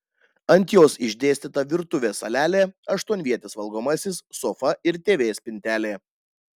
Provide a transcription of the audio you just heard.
ant jos išdėstyta virtuvės salelė aštuonvietis valgomasis sofa ir tv spintelė